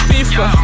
Fifa